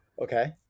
Okay